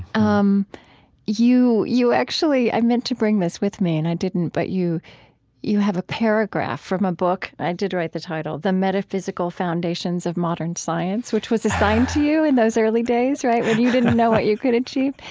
um you you actually i meant to bring this with me and i didn't but you you have a paragraph from a book, i did write the title, the metaphysical foundations of modern science, which was assigned to you in those early early days when you you didn't know what you could achieve.